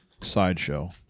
sideshow